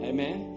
Amen